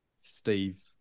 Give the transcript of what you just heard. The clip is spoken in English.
Steve